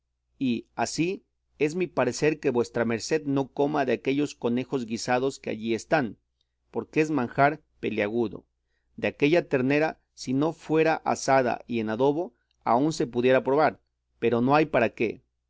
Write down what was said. parecer que vuestra merced no coma de aquellos conejos guisados que allí están porque es manjar peliagudo de aquella ternera si no fuera asada y en adobo aún se pudiera probar pero no hay para qué